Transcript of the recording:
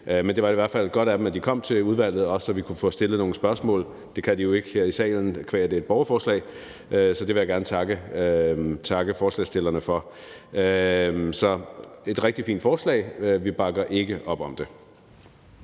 Men det var i hvert fald godt af dem, at de kom til udvalget, også så vi kunne få stillet nogle spørgsmål – det kan de jo ikke her i salen, qua det er et borgerforslag – så det vil jeg gerne takke forslagsstillerne for. Så det er et rigtig fint forslag, men vi bakker ikke op om det.